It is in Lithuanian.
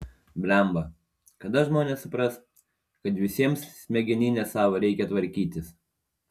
blemba kada žmonės supras kad visiems smegenines savo reikia tvarkytis